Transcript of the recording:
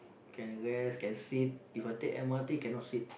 can rest can sit If I take m_r_t cannot sit